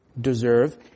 deserve